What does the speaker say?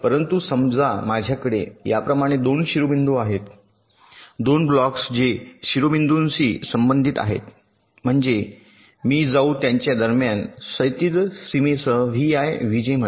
परंतु समजा माझ्याकडे याप्रमाणे दोन शिरोबिंदू आहेत 2 ब्लॉक्स जे शिरोबिंदूशी संबंधित आहेत म्हणजे मी जाऊ त्यांच्या दरम्यान क्षैतिज सीमेसह वि आय व्हीजे म्हणा